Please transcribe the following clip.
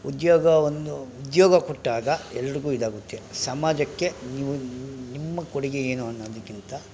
ಉದ್ಯೋಗ ಒಂದು ಉದ್ಯೋಗ ಕೊಟ್ಟಾಗ ಎಲ್ರಿಗೂ ಇದಾಗುತ್ತೆ ಸಮಾಜಕ್ಕೆ ನೀವು ನಿಮ್ಮ ಕೊಡುಗೆ ಏನು ಅನ್ನೋದಕ್ಕಿಂತ